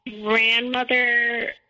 grandmother